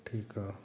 ਠੀਕ ਆ